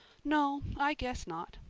no, i guess not.